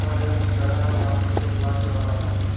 وعلیکم السلام ورحمتہ اللہ و برکاتہ